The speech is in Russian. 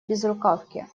безрукавке